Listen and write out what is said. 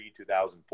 2004